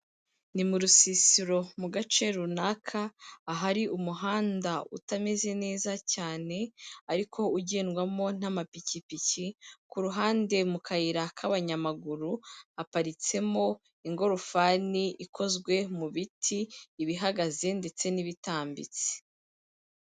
Ni mu rusisiro mu gace runaka ahari umuhanda utameze neza cyane, ariko ugendwamo n'amapikipiki, ku ruhande mu kayira k'abanyamaguru aparitsemo ingorofani ikozwe mu biti, ibihagaze ndetse n'ibitambitse.